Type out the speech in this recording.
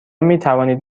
میتوانید